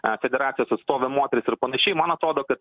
a federacijos atstovė moteris ir panašiai man atrodo kad